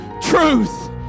truth